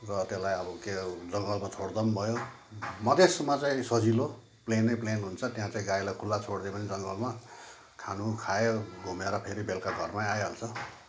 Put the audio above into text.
र त्यसलाई अब के जङ्गलमा छोड्दा पनि भयो मधेसमा चाहिँ सजिलो प्लेन नै प्लेन हुन्छ त्यहाँ चाहिँ गाईलाई खुल्ला छोडिदियो भने जङ्गलमा खानु खायो घुमेर फेरि बेलुका घरमै आइहाल्छ